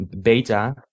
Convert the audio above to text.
beta